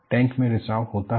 tank में रिसाव होता है